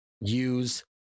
use